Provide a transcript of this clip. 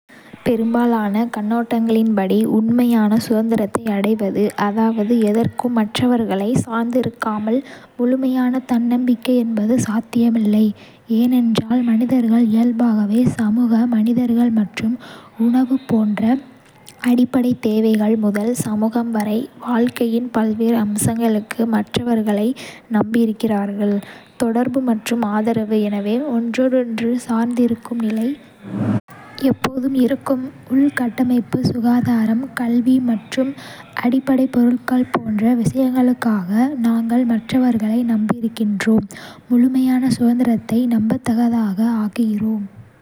பெரும்பாலான கண்ணோட்டங்களின்படி, உண்மையான சுதந்திரத்தை அடைவது, அதாவது எதற்கும் மற்றவர்களைச் சார்ந்திருக்காமல் முழுமையான தன்னம்பிக்கை என்பது சாத்தியமில்லை, ஏனென்றால் மனிதர்கள் இயல்பாகவே சமூக மனிதர்கள் மற்றும் உணவு போன்ற அடிப்படைத் தேவைகள் முதல் சமூகம் வரை வாழ்க்கையின் பல்வேறு அம்சங்களுக்கு மற்றவர்களை நம்பியிருக்கிறார்கள். தொடர்பு மற்றும் ஆதரவு எனவே, ஒன்றோடொன்று சார்ந்திருக்கும் நிலை எப்போதும் இருக்கும். உள்கட்டமைப்பு, சுகாதாரம், கல்வி மற்றும் அடிப்படைப் பொருட்கள் போன்ற விஷயங்களுக்காக நாங்கள் மற்றவர்களை நம்பியிருக்கிறோம், முழுமையான சுதந்திரத்தை நம்பத்தகாததாக ஆக்குகிறோம்.